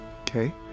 Okay